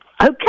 Okay